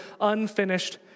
unfinished